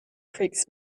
creaks